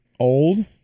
Old